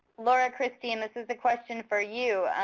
laura, kristine, this is a question for you.